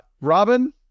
Robin